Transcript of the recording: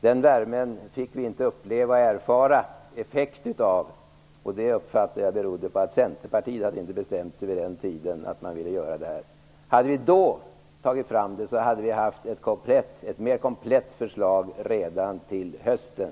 Den värmen fick vi inte uppleva och erfara effekten av, och jag uppfattar att det berodde på att Centerpartiet vid den tiden inte hade bestämt sig för att vilja göra det här. Hade vi då tagit fram detta, hade vi haft ett mer komplett förslag redan till hösten.